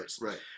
right